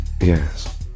Yes